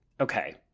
Okay